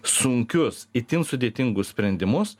sunkius itin sudėtingus sprendimus